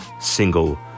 single